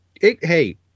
Hey